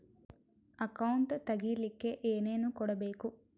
Account ತೆಗಿಲಿಕ್ಕೆ ಏನೇನು ಕೊಡಬೇಕು?